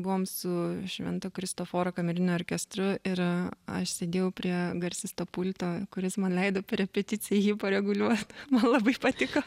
buvom su švento kristoforo kameriniu orkestru ir aš sėdėjau prie garsisto pulto kuris man leido per repeticiją jį pareguliuot man labai patiko